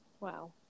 Wow